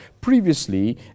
Previously